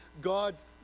God's